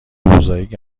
موزاییک